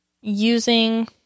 using